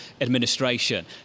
administration